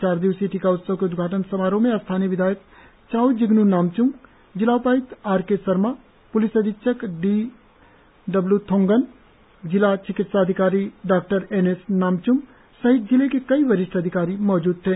चार दिवसीय टीका उत्सव के उद्घाटन समारोह में स्थानीय विधायक चाउ जिग्नू नामच्ंग जिला उपायुक्त आर के शर्मा प्लिस अधीक्षक डी डब्लू थोंगन जिला चिकित्सा अधिकारी डॉ एन एस नामच्म सहित जिले के कई वरिष्ठ अधिकारी मौजूद थे